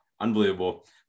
unbelievable